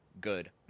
Good